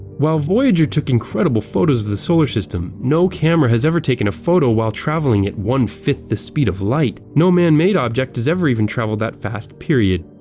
while voyager took incredible photos of the solar system no camera has ever taken a photo while traveling at one-fifth the speed of light. no manmade object has ever even travelled the fast period.